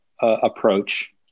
approach